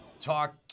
talk